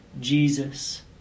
Jesus